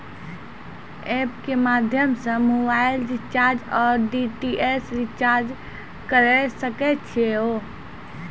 App के माध्यम से मोबाइल रिचार्ज ओर डी.टी.एच रिचार्ज करऽ सके छी यो?